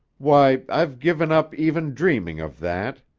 why, i've given up even dreaming of that.